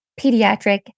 pediatric